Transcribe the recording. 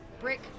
brick